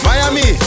Miami